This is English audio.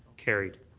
carried.